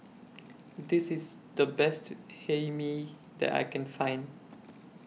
This IS The Best Hae Mee that I Can Find